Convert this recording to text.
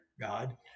God